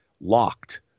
locked